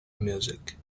music